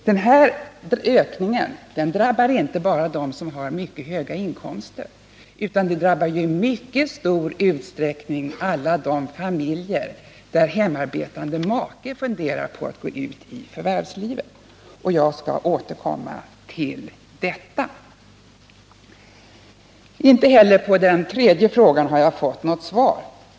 Denna ökning drabbar inte bara dem som har mycket höga inkomster, utan den drabbar i mycket stor utsträckning även alla de familjer där en hemarbetande make går ut i förvärvslivet. Jag skall återkomma till detta. Inte heller på den tredje frågan har jag fått något svar.